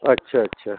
अच्छा अच्छा